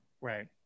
Right